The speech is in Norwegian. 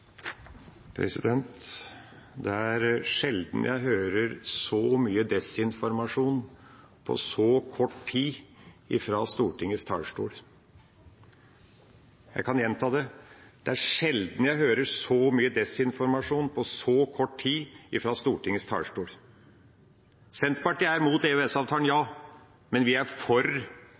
Det er sjelden jeg hører så mye desinformasjon på så kort tid fra Stortingets talerstol. Jeg kan gjenta det: Det er sjelden jeg hører så mye desinformasjon på så kort tid fra Stortingets talerstol. Senterpartiet er imot EØS-avtalen, ja, men vi er for